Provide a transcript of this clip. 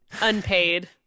unpaid